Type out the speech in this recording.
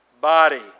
body